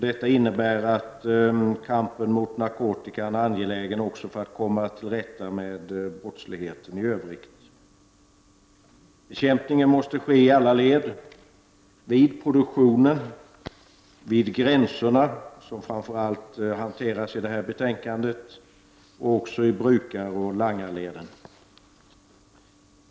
Detta innebär att kampen mot narkotikan är angelägen också för att man skall kunna komma till rätta med brottsligheten i övrigt. Bekämpningen av narkotika måste ske i alla led. Den måste ske vid produktionen, vid gränserna — som framför allt hanteras i detta betänkande — och i brukaroch langarleden.